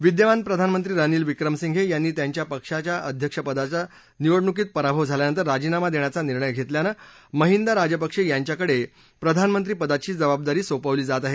विद्यमान प्रधानमंत्री रनिल विक्रमसिंघे यांनी त्यांच्या पक्षाचा अध्यक्षपदाच्या निवडणुकीत पराभव झाल्यानंतर राजीनामा देण्याचा निर्णय घेतल्यानं महिंदा राजपक्षे यांच्याकडे प्रधानमंत्रीपदाची जबाबदारी सोपवली जात आहे